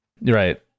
Right